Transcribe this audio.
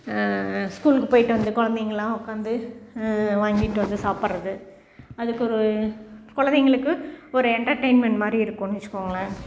ஸ்கூலுக்கு போய்விட்டு வந்து கொழந்தைங்களாம் உட்காந்து வாங்கிட்டு வந்து சாப்பிட்றது அதுக்கு ஒரு கொழந்தைங்களுக்கு ஒரு எண்டர்டெயின்மெண்ட் மாதிரி இருக்கும்னு வைச்சுக்கோங்களேன்